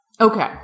Okay